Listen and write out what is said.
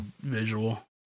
visual